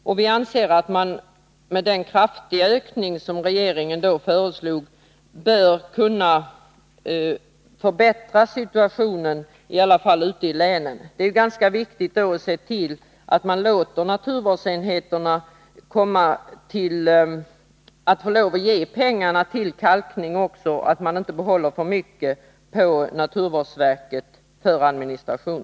Och vi anser att man med den kraftiga ökning som regeringen då föreslog bör kunna förbättra situationen, i alla fall ute i länen. Det är ganska viktigt att man då ser till att naturvårdsenheterna ger pengar till kalkning, så att man inte behåller för mycket inom naturvårdsverket för administration.